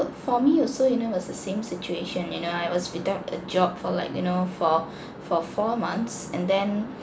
for me also you know was the same situation you know I was without a job for like you know for for four months and then